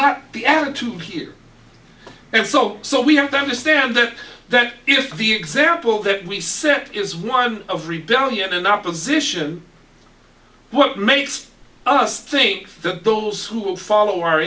not the attitude here and so so we have to understand that you know the example that we set is one of rebuilding in an opposition what makes us think that those who will follow our